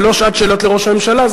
זה לא שעת שאלות לראש הממשלה,